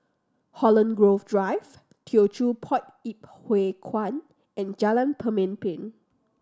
Holland Grove Drive Teochew Poit Ip Huay Kuan and Jalan Pemimpin